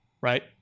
right